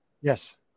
Yes